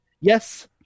yes